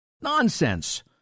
Nonsense